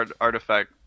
artifact